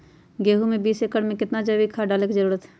गेंहू में बीस एकर में कितना जैविक खाद डाले के जरूरत है?